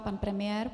Pan premiér.